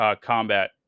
combat